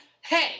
Hey